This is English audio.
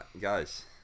guys